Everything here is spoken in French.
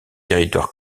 territoire